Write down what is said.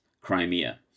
Crimea